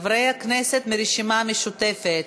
חברי הכנסת מהרשימה המשותפת.